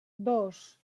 dos